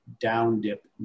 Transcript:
down-dip